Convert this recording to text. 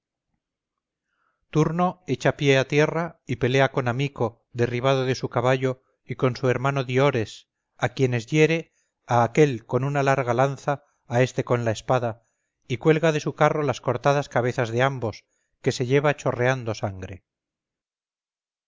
turno echa pie a tierra y pelea con amico derribado de su caballo y con su hermano diores a quienes hiere a aquel con una larga lanza a este con la espada y cuelga de su carro las cortadas cabezas de ambos que se lleva chorreando sangre